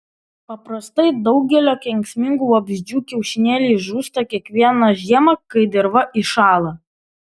paprastai daugelio kenksmingų vabzdžių kiaušinėliai žūsta kiekvieną žiemą kai dirva įšąla